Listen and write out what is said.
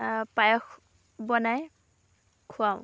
পায়স বনাই খুৱাওঁ